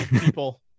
people